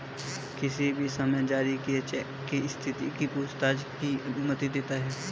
किसी भी समय जारी किए चेक की स्थिति की पूछताछ की अनुमति देता है